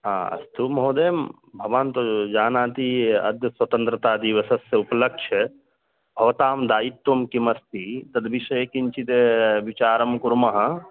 हा अस्तु महोदय भवान् तु जानाति अद्य स्वतन्त्रतादिवसस्य उपलक्ष्य भवतां दायित्वं किमस्ति तद्विषये किञ्चिद् विचारं कुर्मः